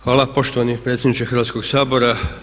Hvala poštovani predsjedniče Hrvatskog sabora.